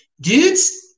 Dudes